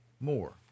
more